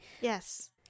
Yes